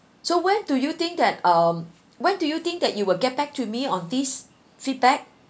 so when do you think that um when do you think that you will get back to me on this feedback